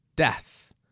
Death